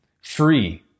free